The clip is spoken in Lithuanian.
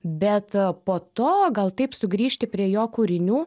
bet po to gal taip sugrįžti prie jo kūrinių